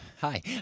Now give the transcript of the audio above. hi